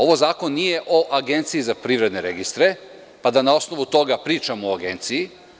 Ovo nije Zakon o Agenciji za privredne registre, pa da na osnovu toga pričamo o Agenciji.